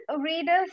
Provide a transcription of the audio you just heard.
readers